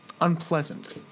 unpleasant